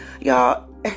y'all